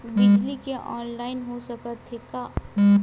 बिजली के ऑनलाइन हो सकथे का?